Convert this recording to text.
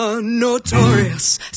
Notorious